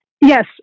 Yes